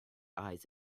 eyes